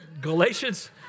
Galatians